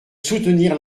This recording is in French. soutenir